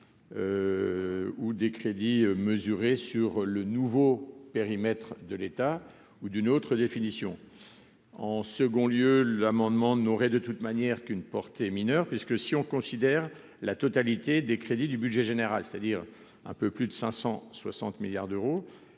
ou des crédits sur le nouveau périmètre de l'État ou d'une autre définition, en second lieu, l'amendement n'aurait de toute manière qu'une portée mineure puisque si on considère la totalité des crédits du budget général, c'est-à-dire un peu plus de 560 milliards d'euros,